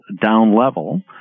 down-level